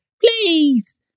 please